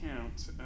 count